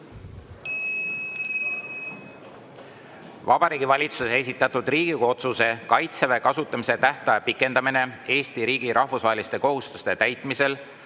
Vabariigi Valitsuse esitatud Riigikogu otsuse "Kaitseväe kasutamise tähtaja pikendamine Eesti riigi rahvusvaheliste kohustuste täitmisel